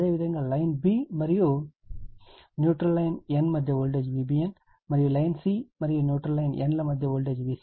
అదేవిధంగా line b మరియు neutral line n మధ్య వోల్టేజ్ Vbn మరియు లైన్ c మరియు న్యూట్రల్ లైన్ n ల మధ్య voltage Vcn a n b n c n